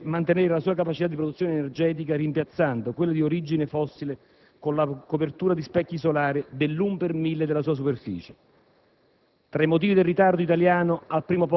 Quindi, l'Arabia Saudita potrebbe mantenere la sua capacità di produzione energetica rimpiazzando quella di origine fossile con la copertura con specchi solari dell'un per mille della sua superficie.